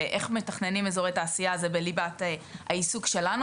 ואיך מתכננים אזורי תעשייה זה בליבת העיסוק שלנו,